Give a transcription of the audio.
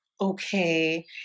Okay